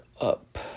up